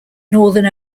northern